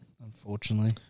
unfortunately